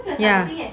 ya